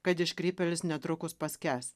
kad iškrypėlis netrukus paskęs